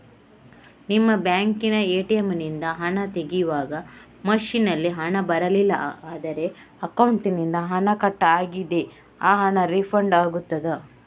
ನಿಮ್ಮ ಬ್ಯಾಂಕಿನ ಎ.ಟಿ.ಎಂ ನಿಂದ ಹಣ ತೆಗೆಯುವಾಗ ಮಷೀನ್ ನಲ್ಲಿ ಹಣ ಬರಲಿಲ್ಲ ಆದರೆ ಅಕೌಂಟಿನಿಂದ ಹಣ ಕಟ್ ಆಗಿದೆ ಆ ಹಣ ರೀಫಂಡ್ ಆಗುತ್ತದಾ?